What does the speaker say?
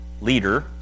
leader